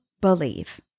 believe